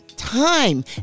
Time